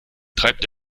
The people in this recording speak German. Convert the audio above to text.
treibt